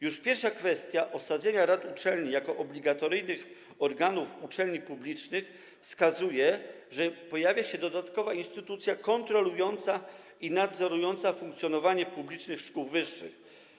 Już pierwsza kwestia, osadzenia rad uczelni jako obligatoryjnych organów uczelni publicznych, wskazuje, że pojawia się dodatkowa instytucja kontrolująca i nadzorująca funkcjonowanie publicznych szkół wyższych.